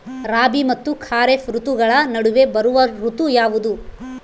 ರಾಬಿ ಮತ್ತು ಖಾರೇಫ್ ಋತುಗಳ ನಡುವೆ ಬರುವ ಋತು ಯಾವುದು?